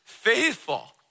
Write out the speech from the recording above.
Faithful